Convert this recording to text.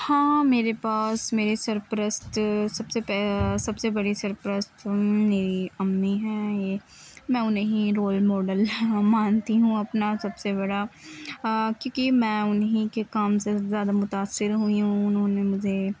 ہاں میرے پاس میری سرپرست سب سے سب سے بڑی سرپست میری امی ہیں یہ میں انہیں رول ماڈل مانتی ہوں اپنا سب سے بڑا کیونکہ میں انہیں کے کام سے زیادہ متاثر ہوئی ہوں انہوں نے مجھے